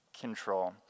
control